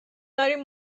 داریم